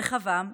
רחבעם